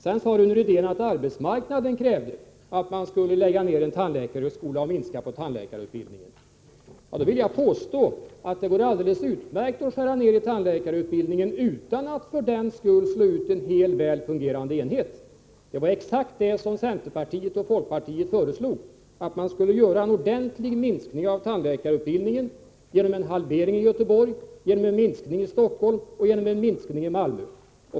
Rune Rydén sade att arbetsmarknaden krävde att en tandläkarhögskola skulle läggas ned och tandläkarutbildningen minskas. Jag vill påstå att det går alldeles utmärkt att skära ned tandläkarutbildningen utan att för den skull slå ut en hel, väl fungerande enhet. Det var exakt det som centerpartiet och folkpartiet föreslog, dvs. en ordentlig minskning av tandläkarutbildningen genom en halvering i Göteborg samt en minskning i Stockholm och i Malmö.